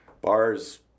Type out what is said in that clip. bars